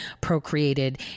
procreated